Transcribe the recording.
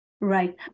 Right